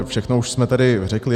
Všechno už jsme tady řekli.